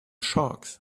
sharks